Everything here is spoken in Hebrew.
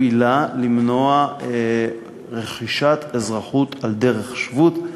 הוא עילה למנוע רכישת אזרחות על דרך שבות.